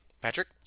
Patrick